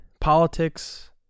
politics